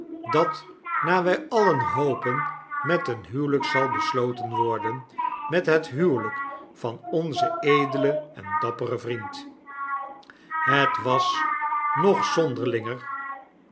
dat naar wij alien hopen met een huwelyk zal besloten worden met het huwelyk van onzen edelen en dapperen vriend het was nog